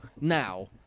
now